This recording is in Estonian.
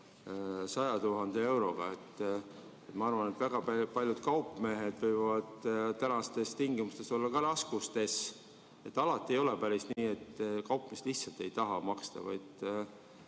100 000 euroga. Ma arvan, et väga paljud kaupmehed võivad tänastes tingimustes olla raskustes. Alati ei ole päris nii, et kaupmees lihtsalt ei taha maksta.